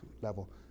level